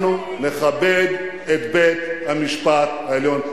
אנחנו נכבד את בית-המשפט העליון,